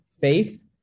faith